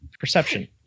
Perception